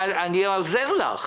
אני עוזר לך.